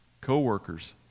co-workers